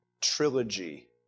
trilogy